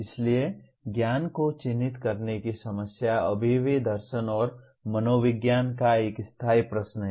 इसलिए ज्ञान को चिह्नित करने की समस्या अभी भी दर्शन और मनोविज्ञान का एक स्थायी प्रश्न है